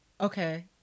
Okay